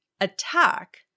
attack